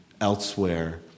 elsewhere